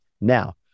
Now